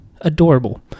adorable